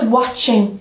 watching